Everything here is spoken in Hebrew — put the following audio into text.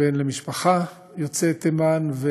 הוא בן למשפחה יוצאת תימן,